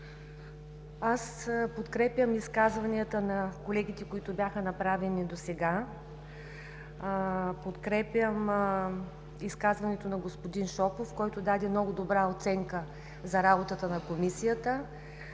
Аз подкрепям изказванията на колегите, които бяха направени досега. Подкрепям изказването на господин Шопов, който даде много добра оценка за работата на Комисията,